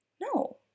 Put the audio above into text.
No